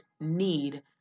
need